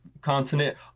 continent